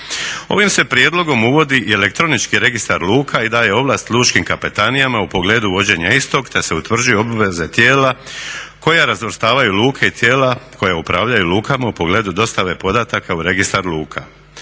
Ovim se prijedlogom uvodi i elektronički registar luka i daje ovlast lučkim kapetanijama u pogledu vođenja istog te se utvrđuju obveze tijela koja razvrstavaju luke i tijela koja upravljaju lukama u pogledu dostave podataka u registar luka.